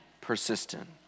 persistent